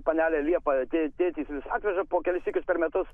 panelė liepa tė tėtis vis atveža po kelis sykius per metus